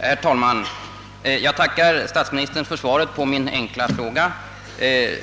Herr talman! Jag tackar statsministern för svaret på min enkla fråga,